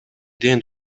ден